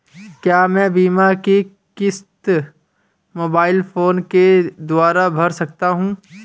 क्या मैं बीमा की किश्त मोबाइल फोन के द्वारा भर सकता हूं?